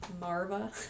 Marva